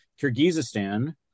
Kyrgyzstan